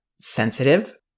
sensitive